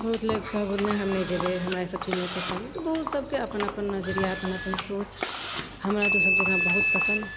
बहुत लोग कहब नहि हम नहि जेबए हमरा ई सब चीज नहि पसन्द तऽ ओ सबकेँ अपन अपन नजरिया अपन अपन सोच हमरा तऽ सब जगह बहुत पसन्द